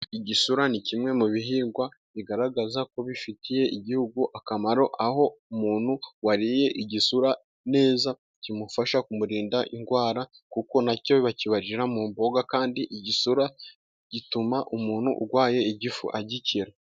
Igisura ni kimwe mu bihingwa bigaragaza ko bifitiye igihugu akamaro, aho umuntu wariye igisura neza kimufasha kumurinda indwara, kuko nacyo bakibarira mu mboga kandi igisura gituma umuntu urwaye igifu agikira.